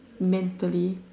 mentally